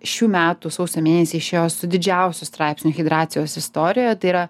šių metų sausio mėnesį išėjo su didžiausiu straipsniu hidratacijos istorijoje tai yra